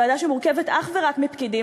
ועדה שמורכבת אך ורק מפקידים,